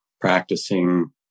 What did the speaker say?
practicing